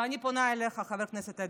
ואני פונה אליך, חבר הכנסת אדלשטיין,